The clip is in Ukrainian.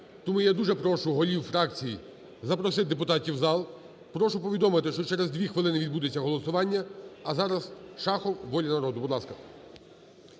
тому я дуже прошу голів фракцій запросити депутатів в зал. Прошу повідомити, що через 2 хвилини відбудеться голосування. А зараз Шахов від "Волі народу",